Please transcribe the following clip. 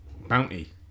Bounty